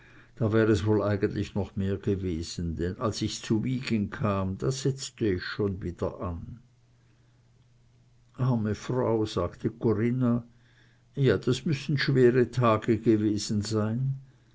da wär es wohl eigentlich noch mehr gewesen denn als ich zu s wiegen kam da setzte ich schon wieder an arme frau sagte corinna ja das müssen schwere tage gewesen sein